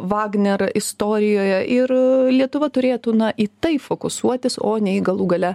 vagner istorijoje ir lietuva turėtų na į tai fokusuotis o ne į galų gale